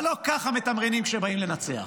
אבל לא ככה מתמרנים כשבאים לנצח.